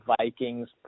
Vikings